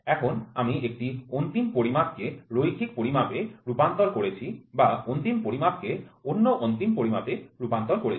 এখন আমি একটি অন্তিম পরিমাপ কে রৈখিক পরিমাপে রূপান্তর করেছি বা অন্তিম পরিমাপ কে অন্য অন্তিম পরিমাপে রূপান্তর করেছি